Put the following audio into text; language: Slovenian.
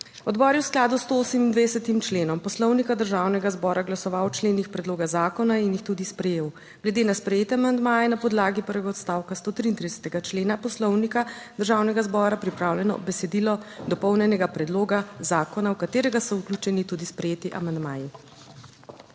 Odbor je v skladu s 128. členom Poslovnika Državnega zbora glasoval o členih predloga zakona in jih tudi sprejel. Glede na sprejete amandmaje je na podlagi prvega odstavka 133. člena Poslovnika Državnega zbora pripravljeno besedilo dopolnjenega predloga zakona, v katerega so vključeni tudi sprejeti amandmaji.